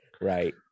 Right